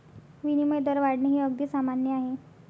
विनिमय दर वाढणे हे अगदी सामान्य आहे